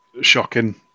shocking